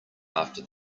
after